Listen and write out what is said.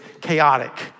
chaotic